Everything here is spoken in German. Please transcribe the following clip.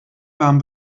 warm